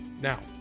Now